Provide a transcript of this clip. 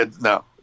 no